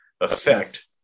affect